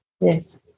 Yes